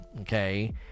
okay